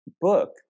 book